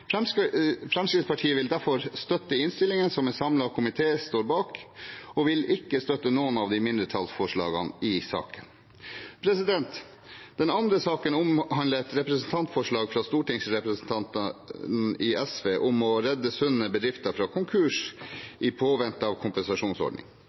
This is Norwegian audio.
Fremskrittspartiet vil derfor støtte innstillingen som en samlet komité står bak, og vil ikke støtte noen av mindretallsforslagene i saken. Den andre saken omhandler et representantforslag fra stortingsrepresentantene i SV om å redde sunne bedrifter fra